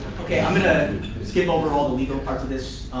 okay. i'm going to skip over all the legal parts of this.